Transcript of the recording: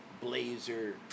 blazer